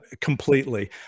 completely